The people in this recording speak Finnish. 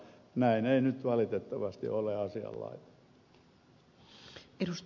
näin ei nyt valitettavasti ole asian laita